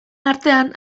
artean